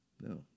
No